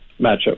matchup